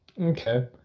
okay